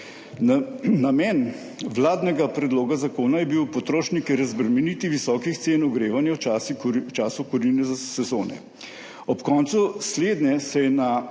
Namen vladnega predloga zakona je bil potrošnike razbremeniti visokih cen ogrevanja v času kurilne sezone. Ob koncu slednje se je na